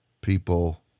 people